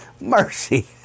mercy